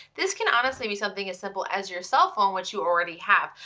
this can honestly be something as simple as your cell phone which you already have.